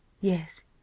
yes